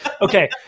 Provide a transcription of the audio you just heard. okay